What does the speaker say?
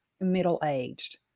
middle-aged